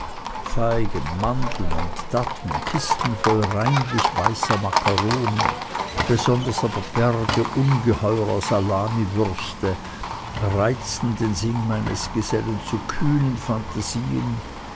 feigen mandeln und datteln kisten voll reinlich weißer makkaroni besonders aber berge ungeheurer salamiwürste reizten den sinn meines gesellen zu kühnen phantasien